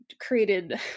created